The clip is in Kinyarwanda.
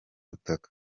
butaka